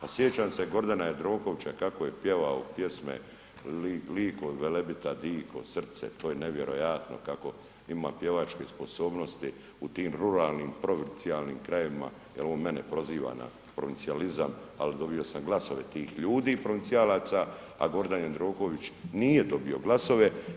A sjećam se Gordana Jandrokovića kako je pjevao pjesme Liko od Velebita diko, srce, to je nevjerojatno kako ima pjevačke sposobnosti u tim ruralnim, provincijalnim krajevima jer on mene proziva na provincijalizam ali dobio sam glasove tih ljudi provincijalaca a Gordan Jandroković nije dobio glasove.